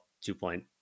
two-point